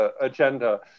agenda